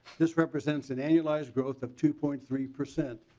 this represents and annualized growth of two point three percent.